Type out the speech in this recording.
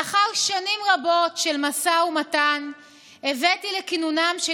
לאחר שנים רבות של משא ומתן הבאתי לכינונם של